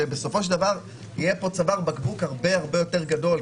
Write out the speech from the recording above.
שבסופו של דבר יהיה פה צוואר בקבוק הרבה יותר גדול,